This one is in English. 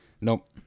Nope